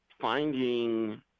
finding